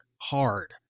hard